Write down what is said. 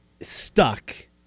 stuck